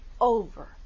over